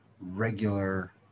regular